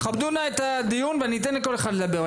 תכבדו נא את הדיון ואני אתן לכל אחד לדבר.